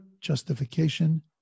justification